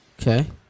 Okay